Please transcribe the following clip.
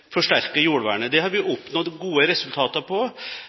forsterke jordvernet. Det har vi oppnådd gode resultater på.